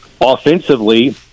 offensively